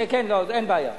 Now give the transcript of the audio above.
לא, אין בעיה.